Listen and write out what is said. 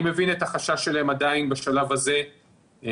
אני מבין את החשש שלהם עדיין בשלב הזה מהתחסנות,